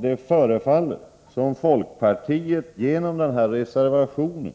Det förefaller som om folkpartiet genom denna reservation